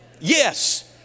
yes